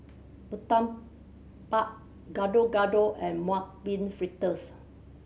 murtabak Gado Gado and Mung Bean Fritters